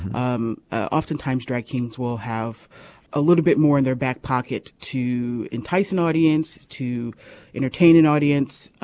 um oftentimes drag queens will have a little bit more in their back pocket to entice an audience to entertain an audience.